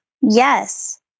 Yes